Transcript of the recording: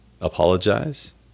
apologize